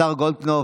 השר גולדקנופ,